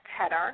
header